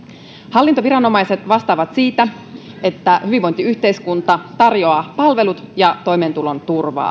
hallintoviranomaiset vastaavat siitä että hyvinvointiyhteiskunta tarjoaa palvelut ja turvaa toimeentulon